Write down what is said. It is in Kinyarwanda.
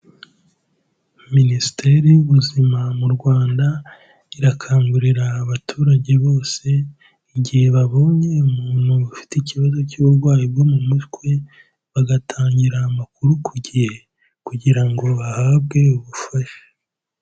Minisiteri y'ubuzima mu Rwanda irakangurira abaturage bose igihe babonye umuntu bafite ikibazo cy'uburwayi bwo mu mutwe bagatangira amakuru ku gihe, kugira ngo bahabwe ubufasha.